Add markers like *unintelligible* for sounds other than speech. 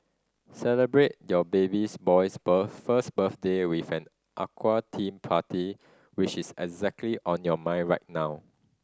celebrate your babies boy's *unintelligible* first birthday with an aqua theme party which is exactly on your mind right now